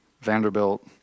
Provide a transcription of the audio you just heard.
Vanderbilt